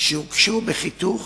שהוגשו בחיתוך